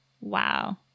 Wow